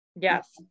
yes